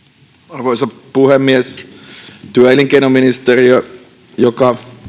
arvoisa puhemies työ ja elinkeinoministeriö joka